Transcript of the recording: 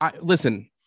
listen